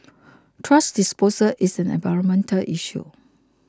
thrash disposal is an environmental issue